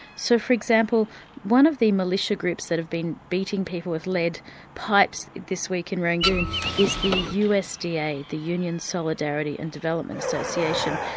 so for example one of the militia groups that have been beating people with lead pipes this week in rangoon is the usda, the union solidarity and development association,